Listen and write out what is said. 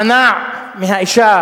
מנע מהאשה,